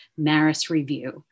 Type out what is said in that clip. MARISREVIEW